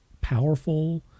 powerful